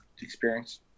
experience